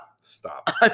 Stop